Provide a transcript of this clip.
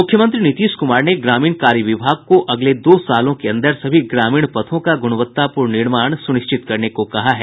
मुख्यमंत्री नीतीश कुमार ने ग्रामीण कार्य विभाग को अगले दो सालों के अंदर सभी ग्रामीण पथों का ग्रणवत्तापूर्ण निर्माण सुनिश्चित करने को कहा है